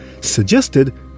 suggested